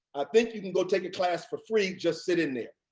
i think you can go take a class for free, just sit in there.